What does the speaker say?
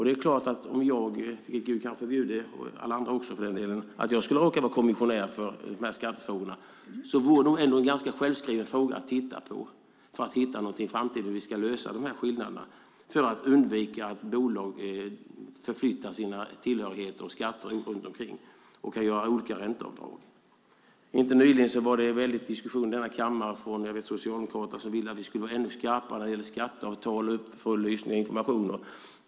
Det är klart att om jag skulle råka vara kommissionär för skattefrågorna - vilket Gud förbjude, och alla andra också för den delen - vore det en ganska självskriven fråga att titta på för att hitta hur vi i framtiden ska lösa de här skillnaderna och undvika att bolag flyttar sina tillhörigheter och skatter runt och kan göra olika ränteavdrag. Nyligen var det en diskussion i denna kammare där Socialdemokraterna ville att vi skulle vara ännu skarpare när det gäller skatteavtal för att få informationer.